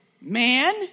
man